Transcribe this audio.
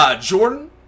Jordan